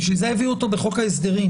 לכן הביאו את זה בחוק ההסדרים